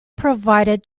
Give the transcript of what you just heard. provided